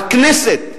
והכנסת,